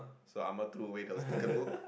so ah ma threw away our sticker book